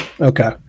Okay